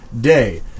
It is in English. Day